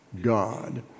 God